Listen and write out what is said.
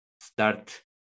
start